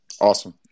Awesome